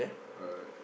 alright